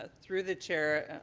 ah through the chair,